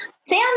Sam